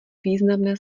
významné